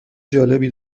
جالبی